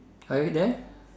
are you there